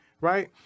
right